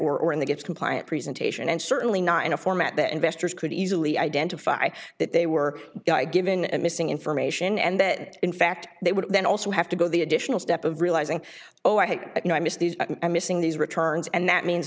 website or in the gets compliant presentation and certainly not in a format that investors could easily identify that they were given missing information and that in fact they would then also have to go the additional step of realizing oh i know i missed these missing these returns and that means